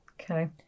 Okay